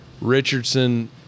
richardson